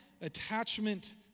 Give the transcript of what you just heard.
attachment